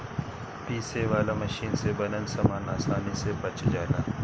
पीसे वाला मशीन से बनल सामान आसानी से पच जाला